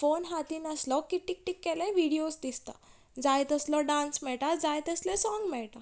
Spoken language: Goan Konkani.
फोन हातीन आसलो की टीक टीक केलें विडिओज दिसतात जाय तसलो डांस मेळटा जाय तसलें सोंग मेळटा